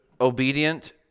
obedient